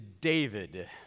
David